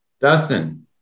Dustin